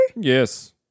Yes